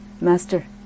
Master